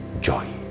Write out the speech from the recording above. joy